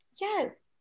Yes